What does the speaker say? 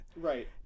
Right